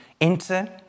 enter